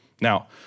Now